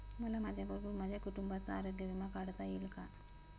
मला माझ्याबरोबर माझ्या कुटुंबाचा आरोग्य विमा काढता येईल का?